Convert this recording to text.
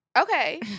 okay